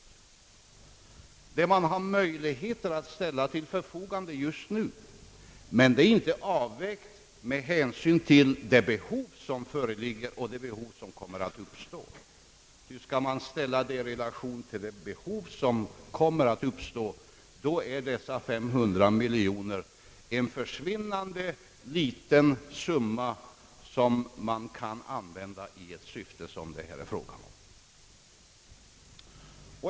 Det är det belopp man har möjlighet att ställa till förfogande just nu, men det är inte avvägt med hänsyn till det behov som föreligger och det behov som kommer att uppstå. Skall man ställa beloppet i relation till det behov som kommer att uppstå är dessa 500 miljoner en försvinnande liten summa för det syfte som det här är fråga om.